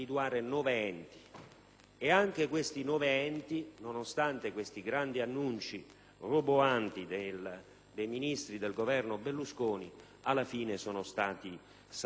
anche questi nove enti, nonostante i grandi annunci roboanti dei Ministri del Governo Berlusconi, alla fine sono stati salvati.